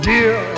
Dear